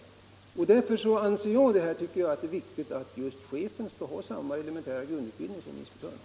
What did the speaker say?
Mot den bakgrunden anser jag det viktigt att just chefen skall ha samma elementära grundutbildning som inspektörerna.